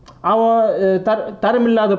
அவன்:avan err தர~ தரமில்லாத:tara~ taramillaatha